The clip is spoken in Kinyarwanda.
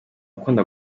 ukunda